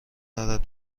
دارد